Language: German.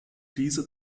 diese